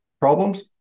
problems